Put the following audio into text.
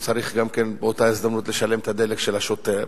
צריך גם כן באותה הזדמנות לשלם את הדלק של השוטר.